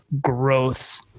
growth